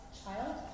Child